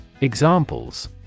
Examples